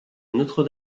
notre